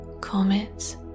comets